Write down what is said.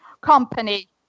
company